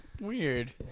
Weird